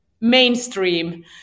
mainstream